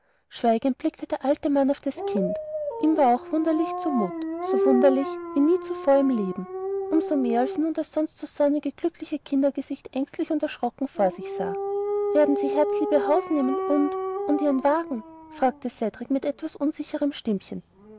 schweigend blickte der alte mann auf das kind ihm war auch wunderlich zu mut so wunderlich wie nie zuvor im leben um so mehr als er nun das sonst so sonnige glückliche kindergesicht ängstlich und erschrocken vor sich sah werden sie herzlieb ihr haus nehmen und und ihren wagen fragte cedrik mit etwas unsichrem stimmchen